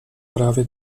právě